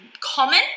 common